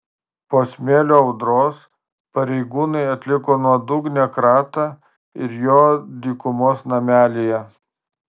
po smėlio audros pareigūnai atliko nuodugnią kratą ir jo dykumos namelyje